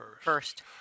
first